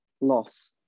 loss